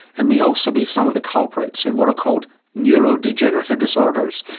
and may also be some of the culprits in what are called neurodegenerative disorders,